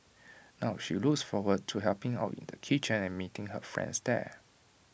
now she looks forward to helping out in the kitchen and meeting her friends there